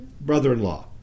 brother-in-law